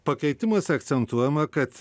pakeitimuose akcentuojama kad